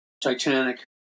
Titanic